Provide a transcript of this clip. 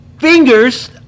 FINGERS